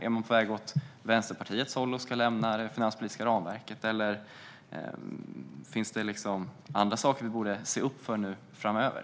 Är man på väg åt Vänsterpartiets håll och ska lämna det finanspolitiska ramverket? Finns det andra saker vi borde se upp för framöver?